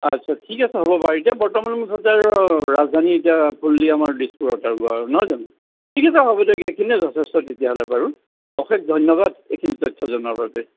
আচ্ছা ঠিক আছে হ'ব বাৰু এতিয়া বৰ্তমান মুঠতে আৰু ৰাজধানী এতিয়া ফুল্লি আমাৰ দিছপুৰত আৰু নহয় জানো ঠিক আছে হ'ব দিয়ক এইখিনিয়ে যথেষ্ট তেতিয়াহ'লে বাৰু অশেষ ধন্যবাদ এইখিনি তথ্য জনোৱাৰ বাবে